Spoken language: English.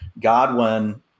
Godwin